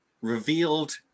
revealed